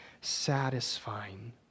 satisfying